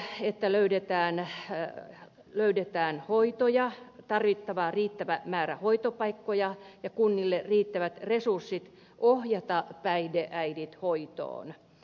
on siis tärkeää että löydetään hoitoja tarvittava riittävä määrä hoitopaikkoja ja kunnille riittävät resurssit ohjata päihdeäidit hoitoon